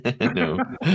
No